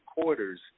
quarters